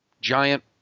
giant